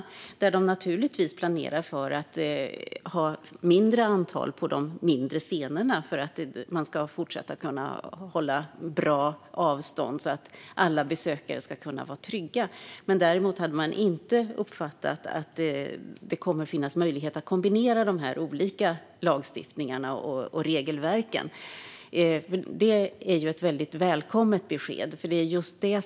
Man planerar naturligtvis för att ha en mindre publik vid de mindre scenerna för att det ska vara möjligt att fortsätta hålla ett bra avstånd så att alla besökare kan vara trygga. Däremot hade man inte uppfattat att det kommer att finnas möjlighet att kombinera de olika lagstiftningarna och regelverken. Det är ett väldigt välkommet besked.